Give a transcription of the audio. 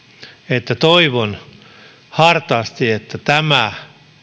että toivon hartaasti että tämä